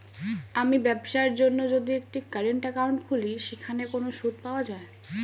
আমি ব্যবসার জন্য যদি একটি কারেন্ট একাউন্ট খুলি সেখানে কোনো সুদ পাওয়া যায়?